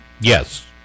Yes